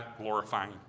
glorifying